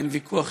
אין ויכוח,